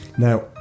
Now